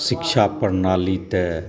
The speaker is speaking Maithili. शिक्षा प्रणाली तऽ